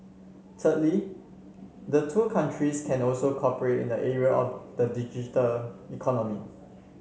thirdly the two countries can also cooperate in the area of the digital economy